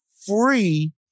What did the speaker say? free